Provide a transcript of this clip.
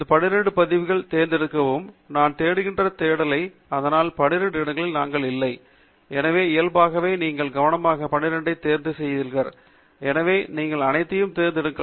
படி 12 இந்த பதிவுகள் தேர்ந்தெடுக்கவும் நாங்கள் தேடுதலிலிருந்து தேர்ந்தெடுக்கவில்லை ஆனால் இந்த 12 இடங்களில் நாங்கள் இல்லை எனவே இயல்பாகவே நீங்கள் கவனமாக 12ஐ தேர்வு செய்துள்ளீர்கள் எனவே நீங்கள் அனைத்தையும் தேர்ந்தெடுக்கலாம்